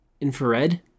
infrared